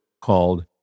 called